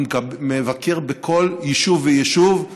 אני מבקר בכל יישוב ויישוב.